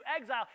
exile